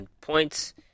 points